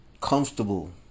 comfortable